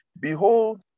Behold